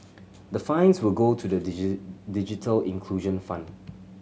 the fines will go to the digital inclusion fund